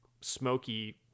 smoky